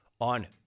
on